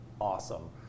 awesome